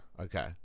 okay